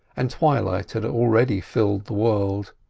and twilight had already filled the world.